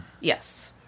yes